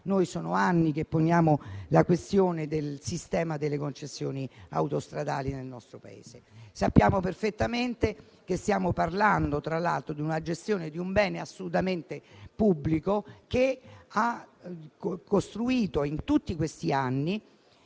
- sono anni che poniamo la questione del sistema delle concessioni autostradali nel nostro Paese - che stiamo parlando della gestione di un bene assolutamente pubblico, che ha costruito, in tutti questi anni